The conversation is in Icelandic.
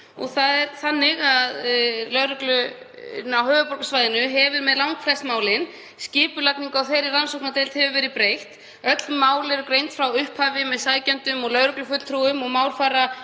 mála á landsvísu. Lögreglan á höfuðborgarsvæðinu fer með langflest málin. Skipulagningu í þeirri rannsóknardeild hefur verið breytt. Öll mál eru greind frá upphafi með sækjendum og lögreglufulltrúum og mál fara